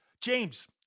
James